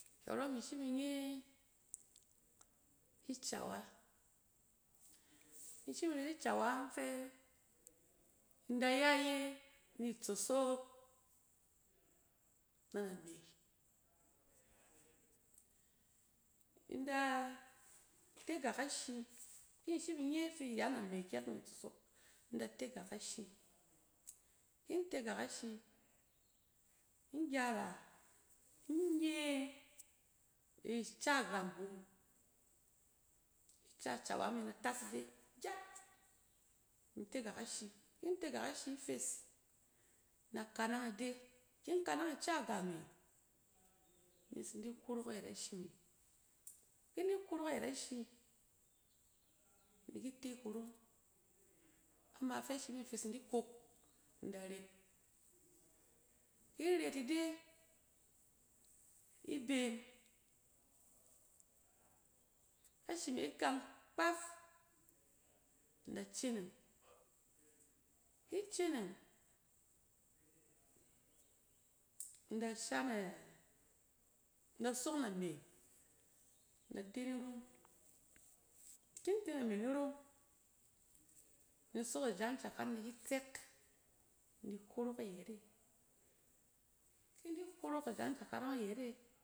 Kyↄrↄng imi shim in nye icawa-in shim in ret kawa fɛ in da ya iye ni tsosok na nama. In da tegak ashi ki in shim in nye ifi ya nɛ name kyɛk ni tsosok, in da tegak ashi, ki in tegak ashi, in gyara, in nye ica gam hom, ica cawa me in da tas ide gyɛt, in tegak ashi, ki in tegak ashi fes na kanang ide, ki in kanɛng ica gɛm e ni in tsi di orok na yɛt ashi me. Ki in di orok nɛyet ashi, in di kit e kurong, ama fɛ ashi mi fes in di kok in da ret. Ki in ret ide, iben, ashi me gang kpaf in da ceneng, ki in ceneng, in da shan a, in da sok name in da te ni rong, ki in de name ni rong, ni in sok a jacakar i di ki tsɛk in di orok ayɛt e ki in di korok ajancɛka ↄng a yɛt e.